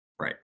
Right